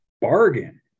bargain